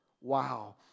Wow